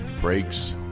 brakes